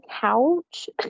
couch